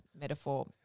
metaphor